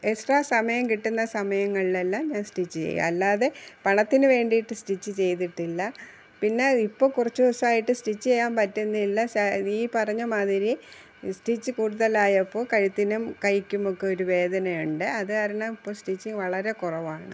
extra സമയം കിട്ടുന്ന സമയങ്ങളിലെല്ലാം ഞാന് സ്റ്റിച്ച് ചെയ്യും അല്ലാതെ പണത്തിനുവേണ്ടിയിട്ട് സ്റ്റിച്ച് ചെയ്തിട്ടില്ല പിന്നെ ഇപ്പോള് കുറച്ച് ദിവസമായിട്ട് സ്റ്റിച്ച് ചെയ്യാന് പറ്റുന്നില്ല ഈ പറഞ്ഞ മാതിരി സ്റ്റിച്ച് കൂടുതലായപ്പോള് കഴുത്തിനും കൈക്കും ഒക്കെ ഒരു വേദനയുണ്ട് അത് കാരണം ഇപ്പോള് സ്റ്റിച്ചിങ് വളരെ കുറവാണ്